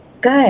good